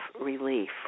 relief